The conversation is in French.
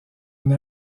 une